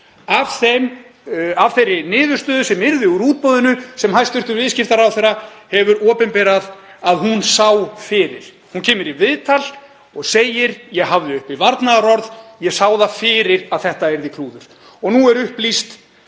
af þeirri niðurstöðu sem kæmi úr útboðinu sem hæstv. viðskiptaráðherra hefur opinberað að hún sá fyrir. Hún kemur í viðtal og segir: Ég hafði uppi varnaðarorð. Ég sá það fyrir að þetta yrði klúður. Og nú er upplýst